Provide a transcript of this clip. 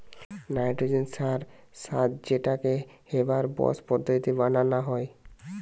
nitrogen সার সার যেটাকে হেবার বস পদ্ধতিতে বানানা হয়